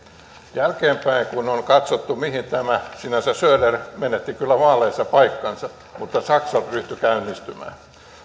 jälkeenpäin kun katsotaan mihin tämä johti sinänsä schröder menetti kyllä vaaleissa paikkansa mutta saksa ryhtyi käynnistymään